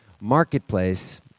Marketplace